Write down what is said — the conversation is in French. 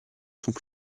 sont